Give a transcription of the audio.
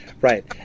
right